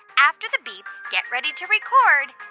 after the beep, get ready to record